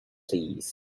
please